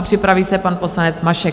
Připraví se pan poslanec Mašek.